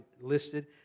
listed